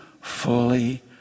fully